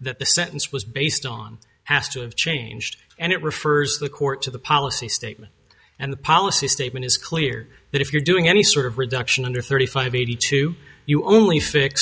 that the sentence was based on has to have changed and it refers the court to the policy statement and the policy statement is clear that if you're doing any sort of reduction under thirty five eighty two you only fix